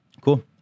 Cool